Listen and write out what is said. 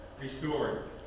Restored